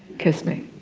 kiss me.